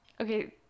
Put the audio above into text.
Okay